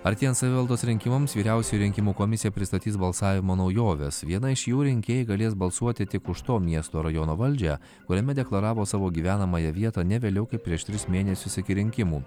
artėjant savivaldos rinkimams vyriausioji rinkimų komisija pristatys balsavimo naujoves viena iš jų rinkėjai galės balsuoti tik už to miesto rajono valdžią kuriame deklaravo savo gyvenamąją vietą ne vėliau kaip prieš tris mėnesius iki rinkimų